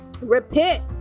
Repent